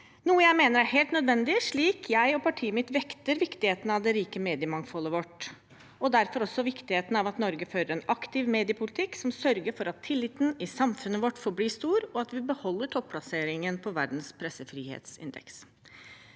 noe jeg mener er helt nødvendig, slik jeg og partiet mitt vekter viktigheten av det rike mediemangfoldet vårt og viktigheten av at Norge fører en aktiv mediepolitikk som sørger for at tilliten i samfunnet vårt forblir stor, og at vi beholder topplasseringen på verdens pressefrihetsindeks.